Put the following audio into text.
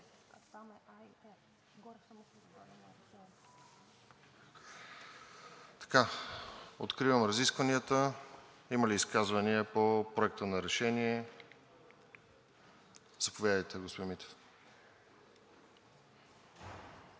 Откривам разискванията. Има ли изказвания по Проекта на решение? Заповядайте, господин Митев.